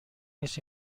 نیست